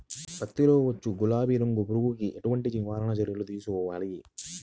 పత్తిలో వచ్చు గులాబీ రంగు పురుగుకి ఎలాంటి నివారణ చర్యలు తీసుకోవాలి?